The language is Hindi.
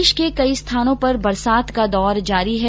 प्रदेश के कई स्थानों पर बरसात का दौर जारी है